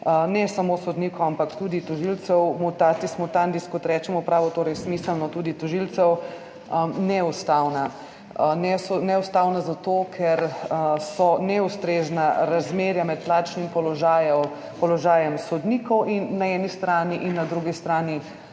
ne samo sodnikov, ampak tudi tožilcev, mutatis mutandis, kot rečemo v pravu, torej smiselno tudi tožilcev, neustavna. Neustavna zato, ker so neustrezna razmerja med plačnim položajem sodnikov na eni strani in poslancev na drugi strani.